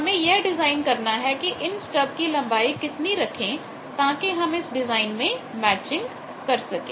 हमें यह डिजाइन करना है कि इन स्टब की लंबाई कितनी रखें ताकि हमें इस डिजाइन में मैचिंग मिल सके